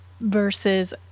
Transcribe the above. versus